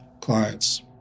clients